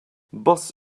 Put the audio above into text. bus